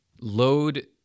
load